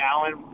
Alan